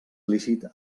lícit